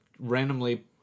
randomly